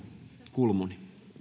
kulmuni